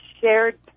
shared